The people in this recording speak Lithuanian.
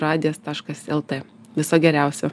radijas taškas lt viso geriausio